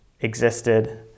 Existed